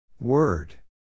Word